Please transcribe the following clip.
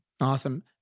Awesome